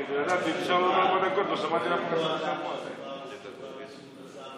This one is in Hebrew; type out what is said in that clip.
כי אפשר לומר, אני רק מזכיר